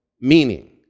meaning